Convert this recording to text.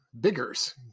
Biggers